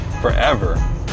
forever